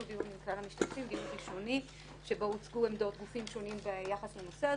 דיון ראשוני עם כלל המשתתפים שבו הוצגו עמדות גופים שונים ביחס לנושא.